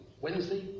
Wednesday